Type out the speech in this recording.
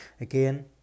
Again